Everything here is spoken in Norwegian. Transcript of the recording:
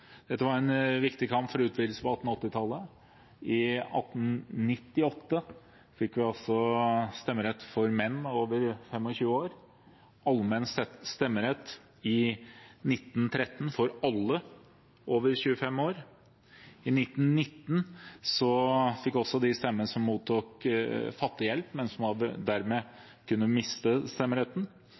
Dette var en viktig kamp for utvidelsene fra 1880-tallet av. I 1898 fikk vi stemmerett for menn over 25 år og i 1913 allmenn stemmerett for alle over 25 år. I 1919 fikk også de som mottok fattighjelp, stemmerett. Vi fikk en utvidelse i 1920, da stemmeretten